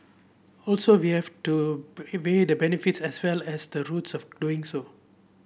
also we have to weigh the benefits as well as the roots of doing so